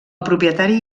propietari